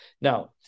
Now